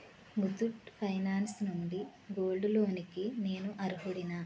Muthoot finance నుండి gold లోన్కి నేను అర్హుడినా